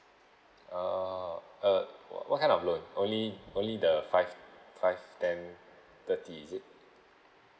oh uh what kind of loan only only the five five ten thirty is it